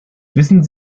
wissen